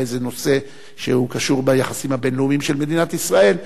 לאיזה נושא שקשור ביחסים הבין-לאומיים של מדינת ישראל,